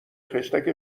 خشتک